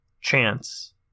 chance